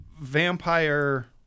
vampire